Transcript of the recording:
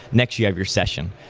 next, you have your session.